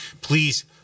please